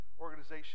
organization